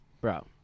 Bro